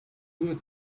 nur